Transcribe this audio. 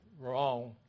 wrong